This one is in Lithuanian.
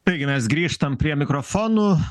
taigi mes grįžtam prie mikrofonų